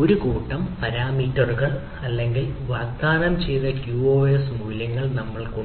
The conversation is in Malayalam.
ഒരു കൂട്ടം പാരാമീറ്ററുകൾ അല്ലെങ്കിൽ വാഗ്ദാനം ചെയ്ത ക്യൂഒഎസ് മൂല്യങ്ങൾ നമ്മൾക്ക് ഉണ്ട്